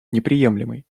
неприемлемой